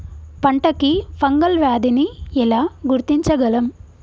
పంట కి ఫంగల్ వ్యాధి ని ఎలా గుర్తించగలం?